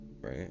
right